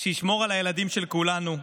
שישמור על הילדים של כולנו.